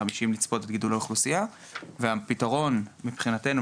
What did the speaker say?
לצפות בגידולי אוכלוסייה והפתרון מבחינתנו,